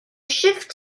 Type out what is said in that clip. shift